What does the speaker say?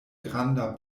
granda